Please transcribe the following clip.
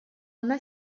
она